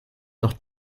noch